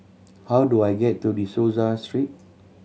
how do I get to De Souza Street